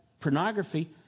pornography